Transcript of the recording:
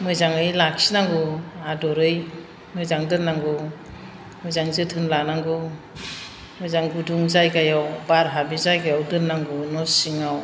मोजाङै लाखिनांगौ आदरै मोजां दोननांगौ मोजां जोथोन लानांगौ मोजां गुदुं जायगायाव बार हाबि जायगायाव दोननांगौ न' सिङाव